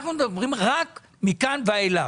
אנחנו מדברים רק מכאן ואילך.